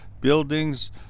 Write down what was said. buildings